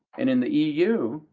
and in the eu,